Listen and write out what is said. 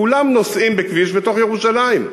כולם נוסעים בכביש בתוך ירושלים.